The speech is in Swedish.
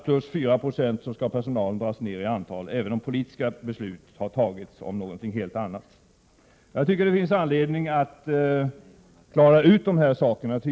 plus 4 26, skall personalen dras ner i antal, även om politiska beslut har fattats om någonting helt annat. Det finns anledning att klara ut dessa saker.